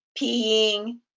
peeing